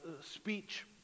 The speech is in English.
speech